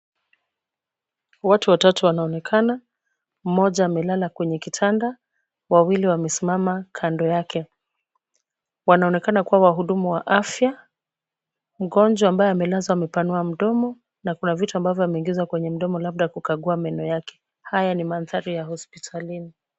Watu watatu wanaonekana, mmoja amelala kwenye kitanda, wawili wamesimama kando yake. Wanaonekana kuwa wahudumu wa afya. Mgonjwa ambaye amelazwa amepanua mdomo, na kuna vitu ambavyo vimeingizwa kwenye mdomo labda kukagua meno yake. Haya ni mandhari ya hospitalini.